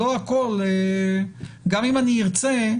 לא הכול גם אם אני ארצה,